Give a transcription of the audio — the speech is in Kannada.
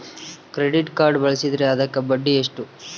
ಕ್ರೆಡಿಟ್ ಕಾರ್ಡ್ ಬಳಸಿದ್ರೇ ಅದಕ್ಕ ಬಡ್ಡಿ ಎಷ್ಟು?